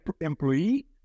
employee